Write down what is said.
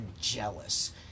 jealous